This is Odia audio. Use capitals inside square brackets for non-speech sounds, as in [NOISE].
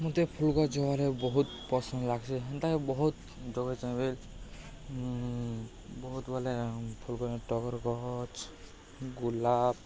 ମୋତେ ଫୁଲ୍ ଗଛ୍ ଜଗାରେ ବହୁତ ପସନ୍ଦ ଲାଗ୍ସି ହେନ୍ତାକି ବହୁତ [UNINTELLIGIBLE] ବହୁତ ବଲେ ଫୁଲ୍ ଟଗର୍ ଗଛ୍ ଗୁଲାପ୍